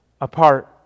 apart